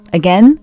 again